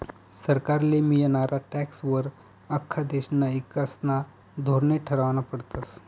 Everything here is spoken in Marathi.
सरकारले मियनारा टॅक्सं वर आख्खा देशना ईकासना धोरने ठरावना पडतस